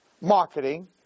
Marketing